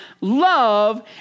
love